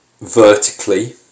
vertically